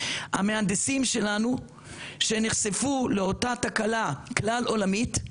המהנדסים שלנו שנחשפו לאותה תקלה כלל עולמית,